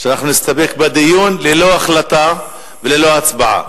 אנחנו נסתפק בדיון ללא החלטה וללא הצבעה.